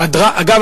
אגב,